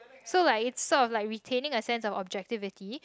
so like it's sort of like retaining a sense of objectivity